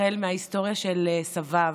החל מההיסטוריה של סביו,